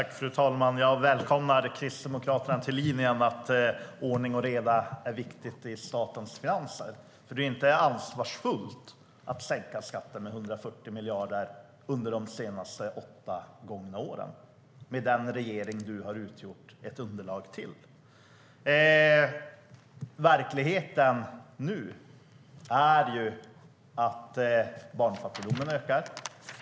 Fru talman! Jag välkomnar Kristdemokraterna till linjen att det är viktigt med ordning och reda i statens finanser. Det är inte ansvarsfullt att sänka skatten med 140 miljarder, vilket skett de senaste åtta åren. Det gjorde den regering som Roland Utbult utgjorde ett underlag till. Verkligheten nu är att barnfattigdomen ökar.